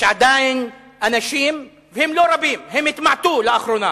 עדיין יש אנשים, והם לא רבים, הם התמעטו לאחרונה,